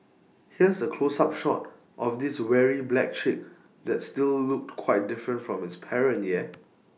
here's A close up shot of this weary black chick that still looked quite different from its parent yeah